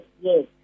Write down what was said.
Yes